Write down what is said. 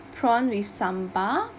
prawn with sambal